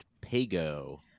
Pago